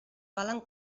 valen